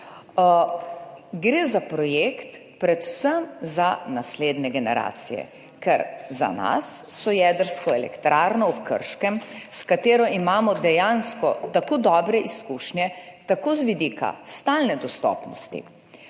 Gre za projekt predvsem za naslednje generacije, ker za nas so jedrsko elektrarno v Krškem, s katero imamo dejansko tako dobre izkušnje, tako z vidika stalne dostopnosti